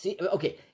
okay